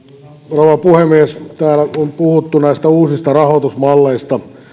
rouva puhemies täällä on puhuttu näistä uusista rahoitusmalleista ja